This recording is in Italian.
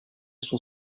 suo